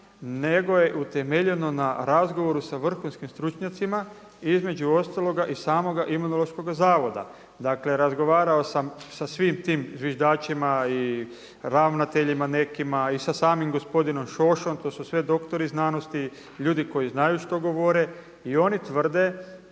nego je utemeljeno na razgovoru sa vrhunskim stručnjacima, između ostaloga i samoga Imunološkoga zavoda. Dakle razgovarao sam sa svim tim zviždačima i ravnateljima nekima i sa samim gospodinom Šošom, to su sve doktori znanosti, ljudi koji znaju što govore. I oni tvrde